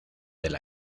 del